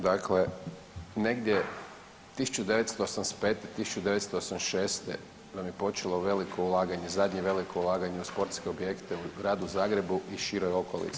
Dakle, negdje 1985.-1986. nam je počelo veliko ulaganje, zadnje veliko ulaganje u sportske objekte u Gradu Zagrebu i široj okolici.